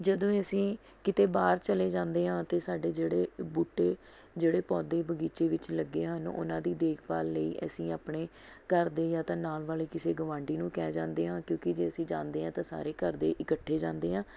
ਜਦੋਂ ਹੀ ਅਸੀਂ ਕਿਤੇ ਬਾਹਰ ਚਲੇ ਜਾਂਦੇ ਹਾਂ ਅਤੇ ਸਾਡੇ ਜਿਹੜੇ ਬੂਟੇ ਜਿਹੜੇ ਪੌਦੇ ਬਗੀਚੇ ਵਿੱਚ ਲੱਗੇ ਹਨ ਉਨ੍ਹਾਂ ਦੀ ਦੇਖਭਾਲ ਲਈ ਅਸੀਂ ਆਪਣੇ ਘਰ ਦੇ ਜਾਂ ਤਾਂ ਨਾਲ਼ ਵਾਲ਼ੇ ਕਿਸੇ ਗਵਾਂਢੀ ਨੂੰ ਕਹਿ ਜਾਂਦੇ ਹਾਂ ਕਿਉਂਕਿ ਜੇ ਅਸੀਂ ਜਾਂਦੇ ਹਾਂ ਤਾਂ ਸਾਰੇ ਘਰਦੇ ਇਕੱਠੇ ਜਾਂਦੇ ਹਾਂ